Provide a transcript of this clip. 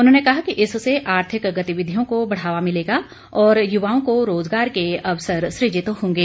उन्होंने कहा कि इससे आर्थिक गतिविधियों को बढ़ावा मिलेगा और युवाओं को रोज़गार के अवसर सृजित होंगे